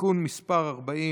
(תיקון מס' 40),